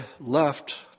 left